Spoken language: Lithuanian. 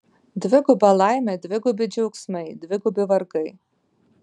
dviguba laimė dvigubi džiaugsmai dvigubi vargai